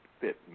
Fit